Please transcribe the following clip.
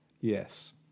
Yes